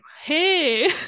hey